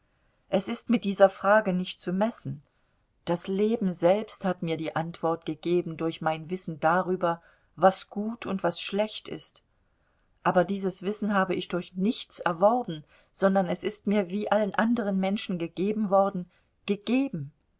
es ist mit dieser frage nicht zu messen das leben selbst hat mir die antwort gegeben durch mein wissen darüber was gut und was schlecht ist aber dieses wissen habe ich durch nichts erworben sondern es ist mir wie allen anderen menschen gegeben worden gegeben